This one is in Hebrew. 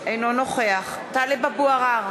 אינו נוכח טלב אבו עראר,